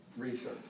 research